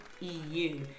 EU